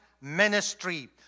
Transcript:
ministry